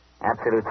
Absolute